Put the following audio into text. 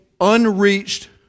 unreached